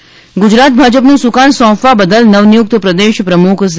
પાટીલ ગુજરાત ભાજપનું સુકાન સોંપવા બદલ નવનિયુક્ત પ્રદેશ પ્રમુખ સી